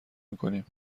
میکنیم